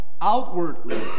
outwardly